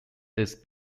this